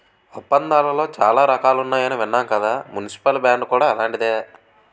ఒప్పందాలలో చాలా రకాలున్నాయని విన్నాం కదా మున్సిపల్ బాండ్ కూడా అలాంటిదే